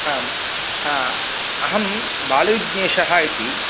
आम् अहं बालविघ्नेशः इति